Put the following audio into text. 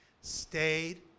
stayed